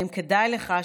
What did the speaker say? האם כדאי לך?